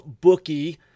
bookie